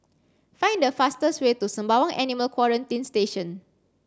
find the fastest way to Sembawang Animal Quarantine Station